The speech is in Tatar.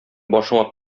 башыңа